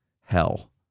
hell